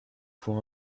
faut